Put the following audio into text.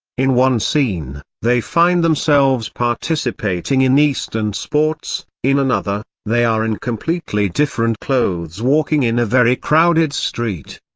in one scene, they find themselves participating in eastern sports in another, they are in completely different clothes walking in a very crowded street.